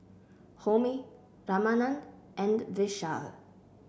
Homi Ramanand and Vishal